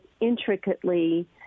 intricately